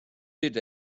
did